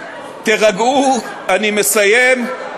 תירגעו, אני מסיים.